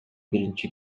биринчи